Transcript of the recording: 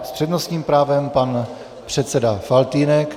S přednostním právem pan předseda Faltýnek.